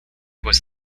was